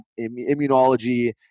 immunology